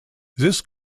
this